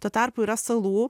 tuo tarpu yra salų